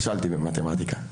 נכשלתי במתמטיקה.